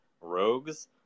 rogues